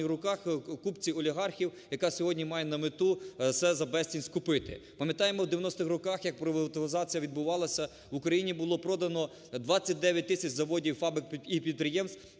руках, купці олігархів, яка сьогодні має на мету все за безцін купити. Пам'ятаємо, в 90-х роках, як приватизація відбувалася, в Україні було продано 29 тисяч заводів, фабрик і підприємств,